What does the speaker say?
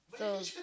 so